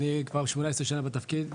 אני כבר 18 שנה בתפקיד,